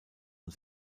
und